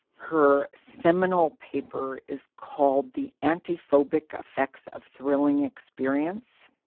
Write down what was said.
her seminal paper is called the anti phobic effects of thrilling experience